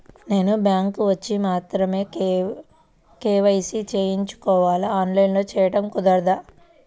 నేను బ్యాంక్ వచ్చి మాత్రమే కే.వై.సి చేయించుకోవాలా? ఆన్లైన్లో చేయటం కుదరదా?